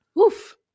Oof